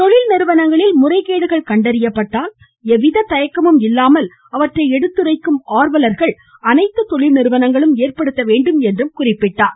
தொழில் நிறுவனங்களில் முறைகேடுகள் கண்டறியப்பட்டால் எவ்வித தயக்கமும் இல்லாமல் அவற்றை எடுத்துரைக்கும் சமூக ஆர்வலர்களை அனைத்து தொழில் நிறுவனங்களும் ஏற்படுத்த வேண்டும் என்றும் குறிப்பிட்டார்